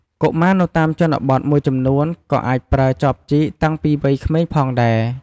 កុមារនៅតាមជនបទមួយចំនួន ក៏អាចប្រើ ចបជីកតាំងពីវ័យក្មេងផងដែរ។